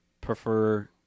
prefer